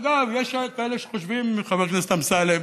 וגם יש כאלה שחושבים, חבר הכנסת אמסלם,